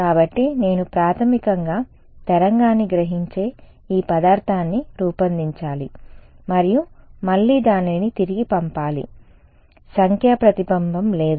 కాబట్టి నేను ప్రాథమికంగా తరంగాన్ని గ్రహించే ఈ పదార్థాన్ని రూపొందించాలి మరియు మళ్లీ దానిని తిరిగి పంపాలి సంఖ్యా ప్రతిబింబం లేదు